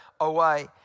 away